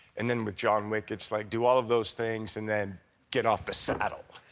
and then with john wick it's like, do all of those things and then get off the saddle.